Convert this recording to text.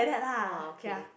!wah! okay